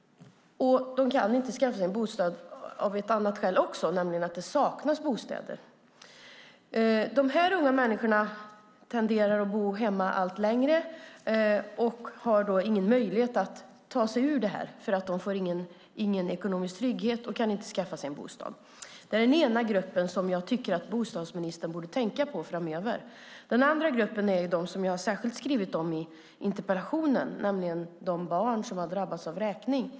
Också av ett annat skäl kan de inte skaffa sig en bostad: Det saknas bostäder. De här unga människorna tenderar att bo hemma allt längre och har inga möjligheter att ta sig ur sin situation. De får ingen ekonomisk trygghet och kan inte skaffa sig en bostad. Det är den ena gruppen som jag tycker att bostadsministern framöver borde tänka på. Den andra gruppen gäller dem som jag särskilt skriver om i min interpellation, nämligen de barn som drabbats av vräkning.